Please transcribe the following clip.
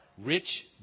rich